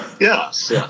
Yes